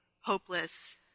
hopeless